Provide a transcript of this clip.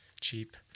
cheap